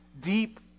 Deep